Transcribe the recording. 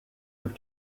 have